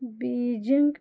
Beijing